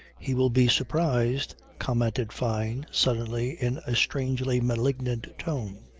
he will be surprised, commented fyne suddenly in a strangely malignant tone.